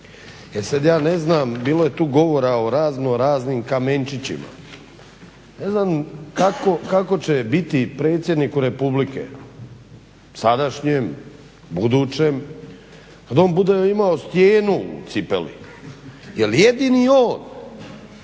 E sad ja ne znam, bilo je tu govora o raznoraznim kamenčićima. Ne znam kako će biti predsjedniku Republike sadašnjem, budućem, kad on bude imao stijenu u cipeli jer jedini on